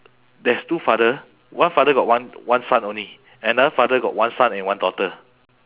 there's two father one father got one one son only another father got one son and one daughter